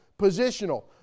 Positional